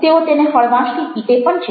તેઓ તેને હળવાશથી પીટે પણ છે